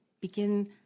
begin